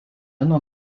nuo